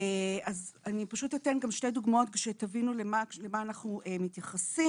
אני פשוט אתן גם שתי דוגמאות שתבינו למה אנחנו מתייחסים.